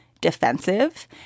defensive